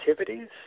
activities